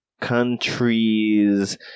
countries